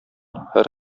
һәр